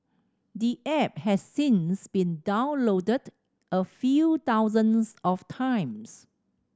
the app has since been downloaded a few thousands of times